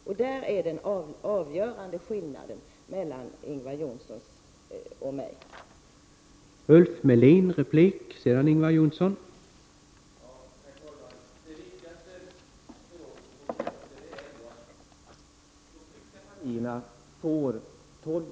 Där finns den avgörande skillnanden mellan Ingvar Johnssons uppfattning och min uppfattning.